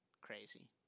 crazy